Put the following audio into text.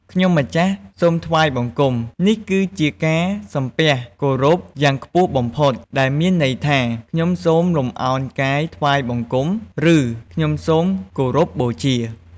ខ្ញុំម្ចាស់សូមថ្វាយបង្គំ នេះគឺជាការសំពះគោរពយ៉ាងខ្ពស់បំផុត ដែលមានន័យថា "ខ្ញុំសូមលំអោនកាយថ្វាយបង្គំ" ឬ "ខ្ញុំសូមគោរពបូជា"។